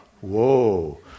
whoa